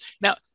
now